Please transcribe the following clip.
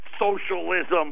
Socialism